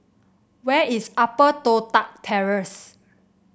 where is Upper Toh Tuck Terrace